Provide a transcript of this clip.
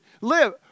live